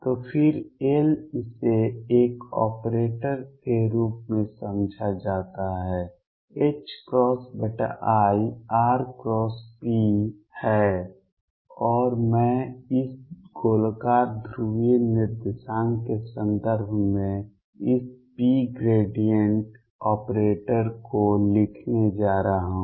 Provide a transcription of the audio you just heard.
तो फिर से L इसे एक ऑपरेटर के रूप में समझा जाता है ir×p है और मैं इस गोलाकार ध्रुवीय निर्देशांक के संदर्भ में इस p ग्रेडिएंट ऑपरेटर को लिखने जा रहा हूं